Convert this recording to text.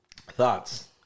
Thoughts